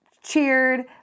cheered